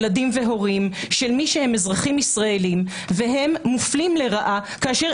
ילדים והורים של מי שהם אזרחים ישראלים והם מופלים לרעה כאשר